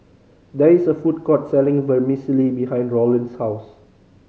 there is a food court selling Vermicelli behind Roland's house